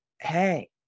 Hey